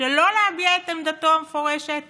שלא להביע את עמדתו המפורשת